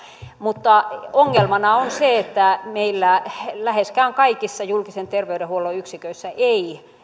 mutta ongelmana on se että meillä läheskään kaikissa julkisen terveydenhuollon yksiköissä ei